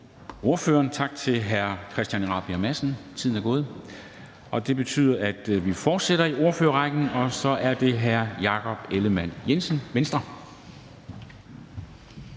ordføreren, tak til hr. Christian Rabjerg Madsen. Tiden er gået, og det betyder, at vi fortsætter i ordførerrækken. Så er det hr. Jakob Ellemann-Jensen, Venstre.